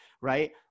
Right